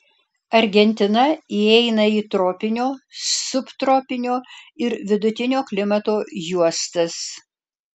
argentina įeina į tropinio subtropinio ir vidutinio klimato juostas